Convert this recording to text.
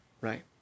Right